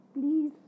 please